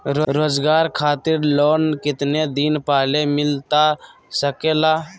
रोजगार खातिर लोन कितने दिन पहले मिलता सके ला?